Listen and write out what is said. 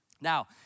Now